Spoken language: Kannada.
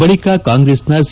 ಬಳಿಕ ಕಾಂಗ್ರೆಸ್ನ ಸಿ